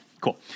Cool